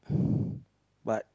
but